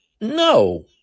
no